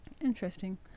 Interesting